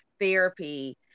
therapy